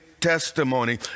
testimony